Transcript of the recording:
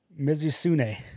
Mizusune